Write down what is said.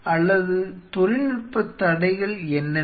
அல்லது தொழில்நுட்ப தடைகள் என்னென்ன